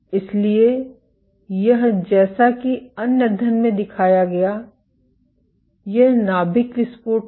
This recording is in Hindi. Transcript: इसलिए यह जैसा कि अन्य अध्ययन में दिखाया गया यह नाभिक विस्फोट था